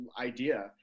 idea